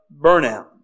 burnout